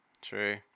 true